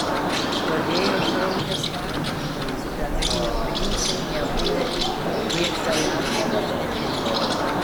stovėjo suraukęs kaktą sidabrinių princai nebuvo mėgstamiausi jo svečiai